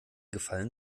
gefallen